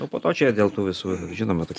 o po to čia dėl tų visų žinoma kad